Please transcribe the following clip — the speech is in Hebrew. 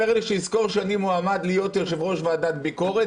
מאיר אומר לי: שיזכור שאני מועמד להיות יושב-ראש ועדת ביקורת,